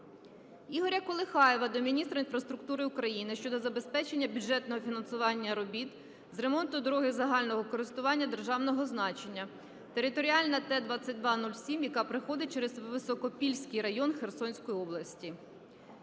Ігоря Колихаєва до міністра інфраструктури України щодо забезпечення бюджетного фінансування робіт з ремонту дороги загального користування державного значення (територіальна) Т-22-07, яка проходить через Високопільський район Херсонської області.